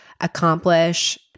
accomplish